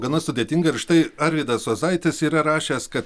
gana sudėtinga ir štai arvydas juozaitis yra rašęs kad